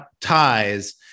ties